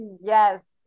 Yes